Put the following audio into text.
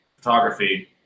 photography